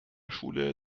schule